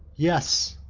yes.